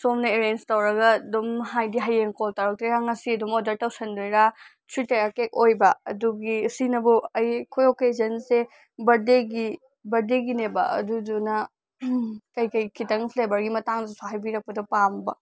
ꯁꯣꯝꯅ ꯑꯦꯔꯦꯟꯁ ꯇꯧꯔꯒ ꯑꯗꯨꯝ ꯍꯥꯏꯗꯤ ꯍꯌꯦꯡ ꯀꯣꯜ ꯇꯧꯔꯛꯇꯣꯏꯔ ꯉꯁꯤ ꯑꯗꯨꯝ ꯑꯣꯔꯗꯔ ꯇꯧꯁꯤꯟꯗꯣꯏꯔꯥ ꯊ꯭ꯔꯤ ꯇꯌꯥꯔ ꯀꯦꯛ ꯑꯣꯏꯕ ꯑꯗꯨꯒꯤ ꯁꯤꯅꯕꯨ ꯑꯩ ꯑꯩꯈꯣꯏ ꯑꯣꯀꯦꯖꯟꯁꯦ ꯕꯔꯠꯗꯦꯒꯤ ꯕꯔꯠꯗꯦꯒꯤꯅꯦꯕ ꯑꯗꯨꯗꯨꯅ ꯀꯩꯀꯩ ꯈꯤꯇꯪ ꯐ꯭ꯂꯦꯕꯔꯒꯤ ꯃꯇꯥꯡꯗꯁꯨ ꯍꯥꯏꯕꯤꯔꯛꯄꯗꯣ ꯄꯥꯝꯕ